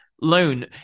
loan